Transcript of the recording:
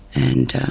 and